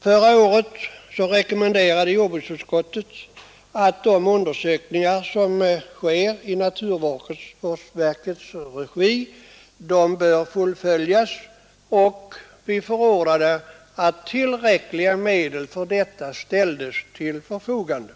Förra året rekommenderade jordbruksutskottet att de undersökningar fullföljdes som nu görs i naturvårdsverkets regi, och utskottet förordade att tillräckliga medel härför ställdes till förfogande.